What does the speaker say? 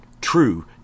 True